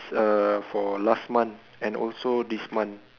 uh for last month and also this month